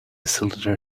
cylinder